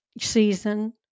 season